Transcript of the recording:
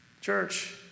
Church